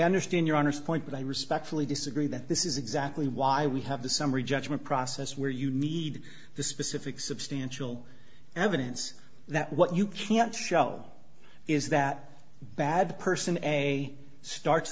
understand your honest point but i respectfully disagree that this is exactly why we have the summary judgment process where you need the specific substantial evidence that what you can't show is that bad person a star